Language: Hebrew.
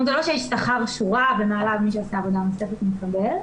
זה לא שיש שכר שורה ומעליו מי שעושה עבודה נוספת מקבל,